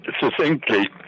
succinctly